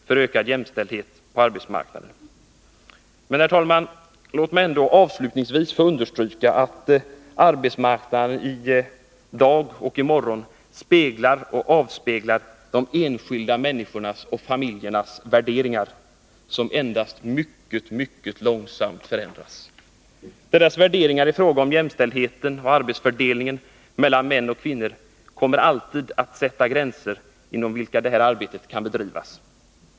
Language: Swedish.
Låt mig, herr talman, avslutningsvis få understryka att arbetsmarknaden i dag och i morgon speglar och avspeglar de enskilda människornas och familjernas värderingar — värderingar som endast mycket långsamt förändras. Människornas värderingar i fråga om jämställdheten och arbetsfördelningen mellan män och kvinnor kommer alltid att sätta gränser inom vilka det här arbetet kan bedrivas.